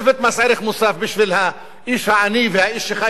בשביל האיש העני והאיש שחי מתחת לקו העוני